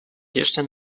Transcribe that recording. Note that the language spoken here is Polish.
jeszcze